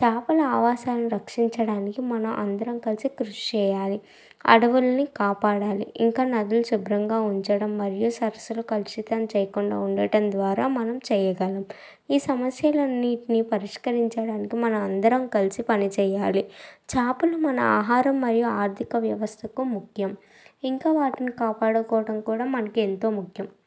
చాపల ఆవాసాలని రక్షించడానికి మన అందరం కలిసి కృషి చేయాలి అడవులిని కాపాడాలి ఇంకా నదులు శుభ్రంగా ఉంచడం మరియు సరస్సులు కలుషితం చేయకుండా ఉండటం ద్వారా మనం చేయగలం ఈ సమస్యలన్నిట్ని పరిష్కరించడానికి మన అందరం కలిసి పనిచేయాలి చాపలు మన ఆహారం మరియు ఆర్థిక వ్యవస్థకు ముఖ్యం ఇంకా వాటిని కాపాడుకోవటం కూడా మనకు ఎంతో ముఖ్యం